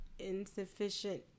Insufficient